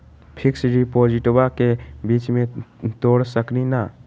Fix डिपोजिटबा के बीच में तोड़ सकी ना?